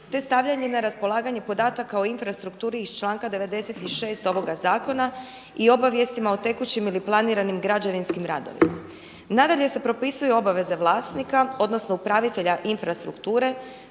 te stavljanje na raspolaganje podataka o infrastrukturi iz članka 96. ovoga Zakona i obavijestima o tekućim ili planiranim građevinskim radovima. Nadalje se propisuje obaveza vlasnika, odnosno upravitelja infrastrukture